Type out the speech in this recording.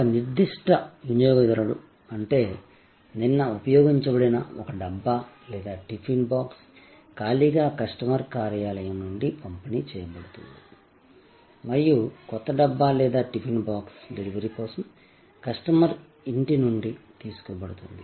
ఒక నిర్దిష్ట వినియోగదారుడు అంటే నిన్న ఉపయోగించబడిన ఒక డబ్బా లేదా టిఫిన్ బాక్స్ ఖాళీగా కస్టమర్ కార్యాలయం నుండి పంపిణీ చేయబడుతుంది మరియు కొత్త డబ్బా లేదా టిఫిన్ బాక్స్ డెలివరీ కోసం కస్టమర్ ఇంటి నుండి తీసుకోబడింది